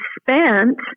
spent